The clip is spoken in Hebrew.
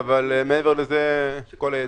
אבל מעבר לזה, כל הייתר...